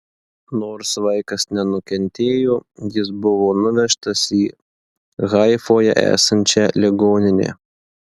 nors vaikas nenukentėjo jis buvo nuvežtas į haifoje esančią ligoninę